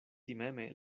timeme